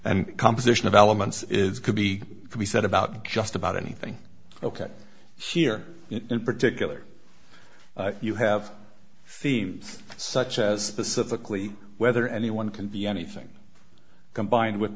and composition of elements is could be could be said about just about anything ok here in particular you have themes such as pacifically whether anyone can be anything combined with